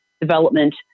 development